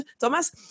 Thomas